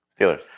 Steelers